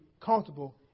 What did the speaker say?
comfortable